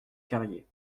carrier